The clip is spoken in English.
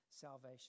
salvation